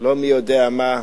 לא מי-יודע-מה,